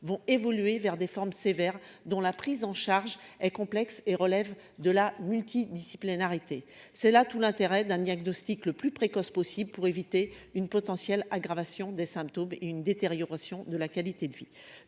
vont évoluer vers des formes sévères dont la prise en charge est complexe et relève de la multidisciplinarité, c'est là tout l'intérêt d'un diagnostic le plus précoce possible pour éviter une potentielle aggravation des symptômes une détérioration de la qualité de vie,